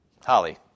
Holly